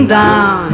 down